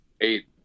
eight